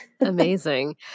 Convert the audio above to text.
Amazing